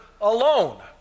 alone